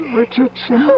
Richardson